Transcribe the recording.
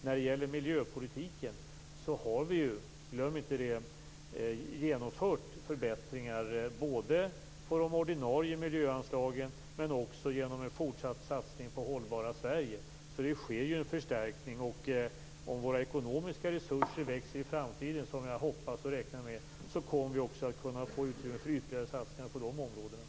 När det gäller miljöpolitiken har vi - glöm inte det - genomfört förbättringar både på de ordinarie miljöanslagen och genom en fortsatt satsning på det hållbara Sverige. Det sker alltså en förstärkning. Om våra ekonomiska resurser växer i framtiden - vilket jag hoppas och räknar med - kommer vi också att kunna få utrymme för ytterligare satsningar på de här områdena.